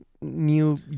new